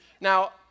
Now